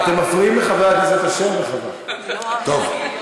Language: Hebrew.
אתם מפריעים לחבר הכנסת אשר, וחבל.